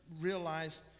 realize